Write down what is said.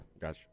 gotcha